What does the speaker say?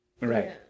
Right